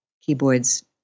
keyboards